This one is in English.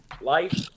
life